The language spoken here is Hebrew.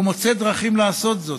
הוא מוצא דרכים לעשות זאת.